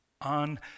on